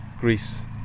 Greece